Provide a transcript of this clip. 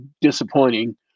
disappointing